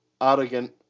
arrogant